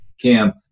camp